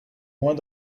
moins